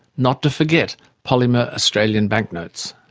not to forget polymer australian bank notes.